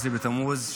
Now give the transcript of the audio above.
17 בתמוז,